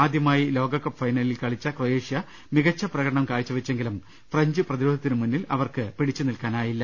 ആദ്യമായി ലോകകപ്പ് ഫൈന ലിൽ കളിച്ച ക്രൊയേഷ്യ മികച്ച പ്രകടനം കാഴ്ച വെച്ചെങ്കിലും ഫ്രഞ്ച് പ്രതിരോധത്തിനുമുന്നിൽ അവർക്ക് പിടിച്ചുനിൽക്കാനായില്ല